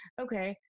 okay